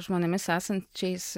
žmonėmis esančiais